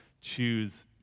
choose